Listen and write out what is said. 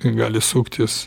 gali suktis